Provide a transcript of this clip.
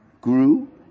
grew